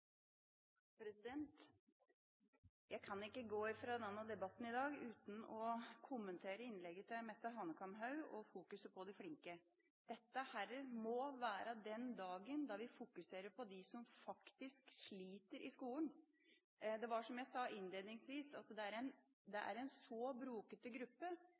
Jeg kan ikke gå fra denne debatten i dag uten å kommentere innlegget til Mette Hanekamhaug og fokuset på de flinke. Dette må være den dagen da vi fokuserer på dem som faktisk sliter i skolen. Det er, som jeg sa innledningsvis, en brokete gruppe med unger med funksjonsnedsettelser – det